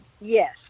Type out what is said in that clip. Yes